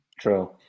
True